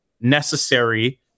necessary